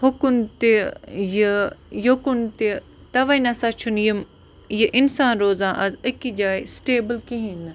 ہوکُن تہِ یہِ یوکُن تہِ تَوَے نہ سا چھُنہٕ یِم یہِ اِنسان روزان آز أکِس جایہِ سٕٹیبٕل کِہیٖنۍ نہٕ